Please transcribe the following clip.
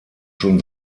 schon